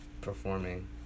performing